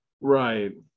right